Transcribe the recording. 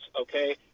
okay